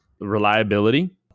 reliability